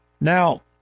Now